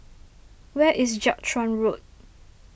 where is Jiak Chuan Road